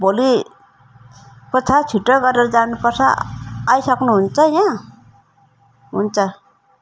भोलिको छ छिट्टै गरेर जानु पर्छ आइसक्नुहुन्छ यहाँ हुन्छ